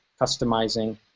customizing